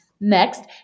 Next